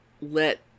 let